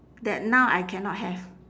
that now I cannot have